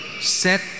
set